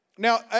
Now